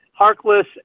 Harkless